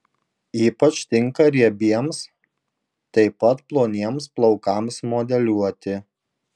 ypač tinka riebiems taip pat ploniems plaukams modeliuoti